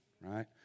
right